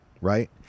right